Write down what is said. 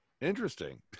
interesting